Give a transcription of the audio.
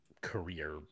career